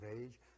age